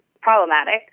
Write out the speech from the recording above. problematic